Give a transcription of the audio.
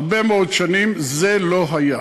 הרבה מאוד שנים זה לא היה.